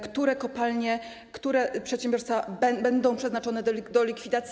Które kopalnie, które przedsiębiorstwa będą przeznaczone do likwidacji?